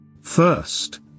First